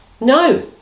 no